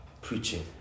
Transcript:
preaching